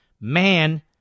man